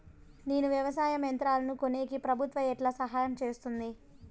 నేను వ్యవసాయం యంత్రాలను కొనేకి ప్రభుత్వ ఎట్లా సహాయం చేస్తుంది?